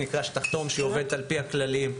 שתחתום שהיא עובדת על פי הכללים.